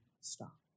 stop